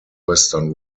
western